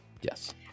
Yes